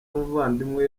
umuvandimwe